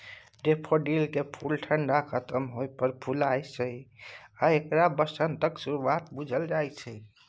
डेफोडिलकेँ फुल ठंढा खत्म होइ पर फुलाय छै आ एकरा बसंतक शुरुआत बुझल जाइ छै